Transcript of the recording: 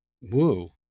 whoa